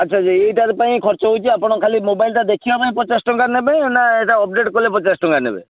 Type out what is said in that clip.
ଆଚ୍ଛା ଏଇଟାର ପାଇଁ ଖର୍ଚ୍ଚ ହେଉଛି ଆପଣ ଖାଲି ମୋବାଇଲ୍ଟା ଦେଖିବା ପାଇଁ ପଚାଶ ଟଙ୍କା ନେବେ ନା ଏଇଟା ଅପଡ଼େଟ୍ କଲେ ପଚାଶ ଟଙ୍କା ନେବେ